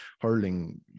hurling